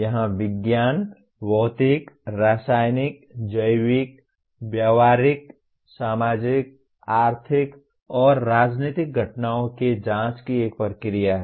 यहां विज्ञान भौतिक रासायनिक जैविक व्यवहारिक सामाजिक आर्थिक और राजनीतिक घटनाओं की जांच की एक प्रक्रिया है